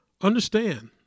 Understand